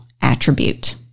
attribute